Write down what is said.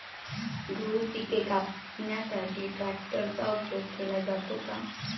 गहू पिके कापण्यासाठी ट्रॅक्टरचा उपयोग केला जातो का?